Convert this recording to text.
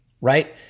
right